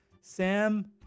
Sam